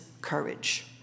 courage